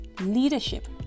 leadership